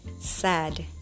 sad